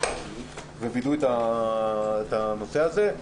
וידאה את הנושא הזה.